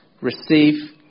Receive